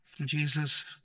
Jesus